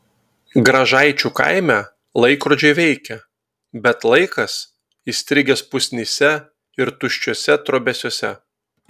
gražaičių kaime laikrodžiai veikia bet laikas įstrigęs pusnyse ir tuščiuose trobesiuose